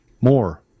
more